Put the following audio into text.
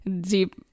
deep